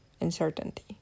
uncertainty